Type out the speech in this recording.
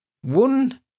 one